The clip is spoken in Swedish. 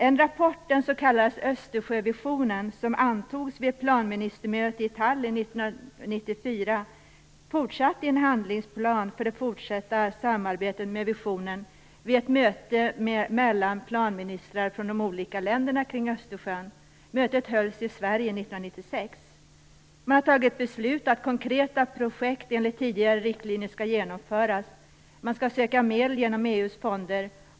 En rapport, den s.k. Östersjövisionen, som antogs vid ett planministermöte i Tallin 1994 fortsatte i en handlingsplan för det fortsatta samarbetet med visionen vid ett möte mellan planministrar från de olika länderna kring Östersjön. Mötet hölls i Sverige 1996. Man fattade beslut om att konkreta projekt enligt tidigare riktlinjer skall genomföras. Medel skall sökas genom EU:s fonder.